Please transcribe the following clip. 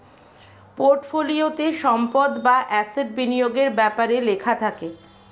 পোর্টফোলিওতে সম্পদ বা অ্যাসেট বিনিয়োগের ব্যাপারে লেখা থাকে